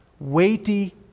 weighty